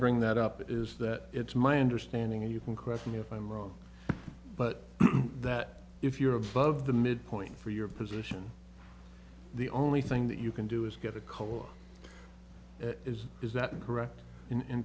bring that up is that it's my understanding that you can question if i'm wrong but that if you're above the midpoint for your position the only thing that you can do is get a call is is that correct in